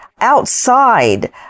outside